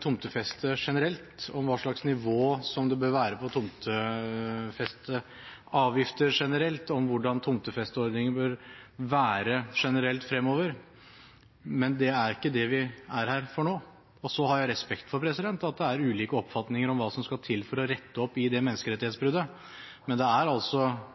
tomtefeste generelt og hva slags nivå det bør være på tomtefesteavgifter generelt, og om hvordan tomtefesteordningen bør være generelt fremover. Men det er ikke det vi er her for nå. Jeg har respekt for at det er ulike oppfatninger av hva som skal til for å rette opp i dette menneskerettighetsbruddet, men det er altså